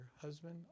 husband